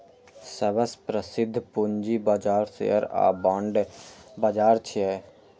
सबसं प्रसिद्ध पूंजी बाजार शेयर बाजार आ बांड बाजार छियै